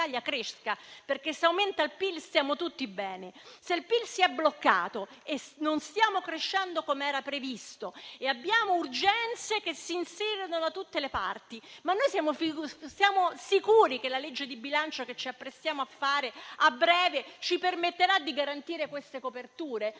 perché se aumenta il PIL stiamo tutti bene - il PIL si è bloccato, non stiamo crescendo come era previsto e abbiamo urgenze che si infilano in tutte le parti. Siamo sicuri che la legge di bilancio che ci apprestiamo a fare a breve ci permetterà di garantire queste coperture?